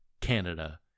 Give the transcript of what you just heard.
canada